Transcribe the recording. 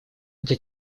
это